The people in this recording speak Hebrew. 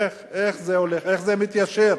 איך זה מתיישר?